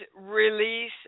release